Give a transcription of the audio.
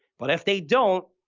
but if they don't,